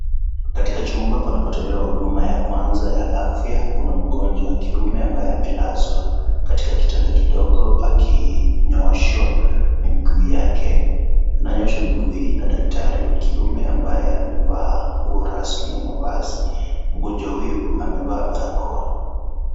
Katika chumba panapotolewa huduma ya kwanza ya afya kuna mgonjwa wa kiume akiwa amelazwa katika kitanda kidogo akinyooshwa miguu yake. Ananyooshwa miguu hii na daktari wa kiume ambaye amevaa nguo rasmi ya mavazi. Mgonjwa huyu amevaa barakoa.